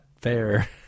fair